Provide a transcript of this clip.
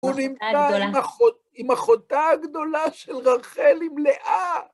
‫הוא נמצא עם אחותה הגדולה ‫של רחל עם לאה.